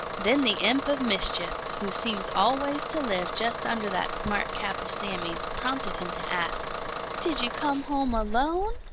then the imp of mischief, who seems always to live just under that smart cap of sammy's, prompted him to ask did you come home alone?